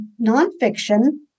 nonfiction